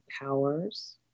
powers